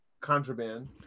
contraband